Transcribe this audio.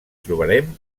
trobarem